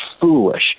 foolish